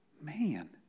man